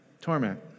torment